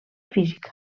física